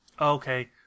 Okay